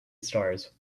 stars